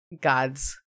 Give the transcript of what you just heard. God's